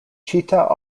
cheetah